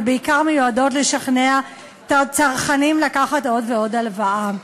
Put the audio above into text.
ובעיקר מיועדות לשכנע את הצרכנים לקחת עוד ועוד הלוואות.